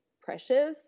precious